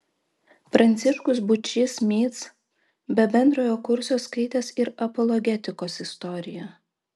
pranciškus būčys mic be bendrojo kurso skaitęs ir apologetikos istoriją